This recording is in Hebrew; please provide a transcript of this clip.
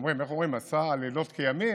איך אומרים, עשה לילות כימים?